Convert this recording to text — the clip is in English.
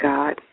God